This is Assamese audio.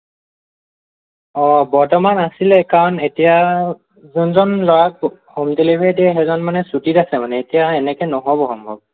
অ' বৰ্তমান আছিলে কাৰণ এতিয়া যোনজন ল'ৰাক হোম ডেলিভাৰী দিয়ে সেইজন মানে ছুটীত আছে মানে এতিয়া এনেকৈ নহ'ব সম্ভৱ